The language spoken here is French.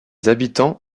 habitants